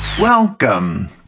Welcome